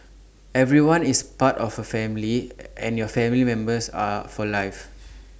everyone is part of A family and your family members are for life